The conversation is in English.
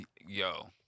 Yo